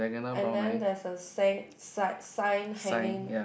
and then there is a sign hanging